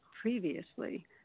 previously